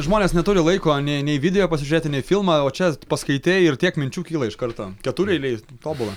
žmonės neturi laiko nei nei video pasižiūrėti nei filmą o čia paskaitei ir tiek minčių kyla iš karto ketureiliais tobula